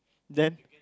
then